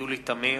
יולי תמיר,